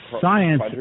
Science